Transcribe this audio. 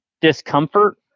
discomfort